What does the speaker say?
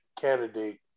candidate